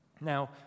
Now